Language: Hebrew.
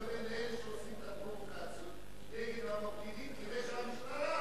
אתה מתכוון לאלה שעושים את הפרובוקציות נגד המפגינים כדי שהמשטרה